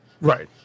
Right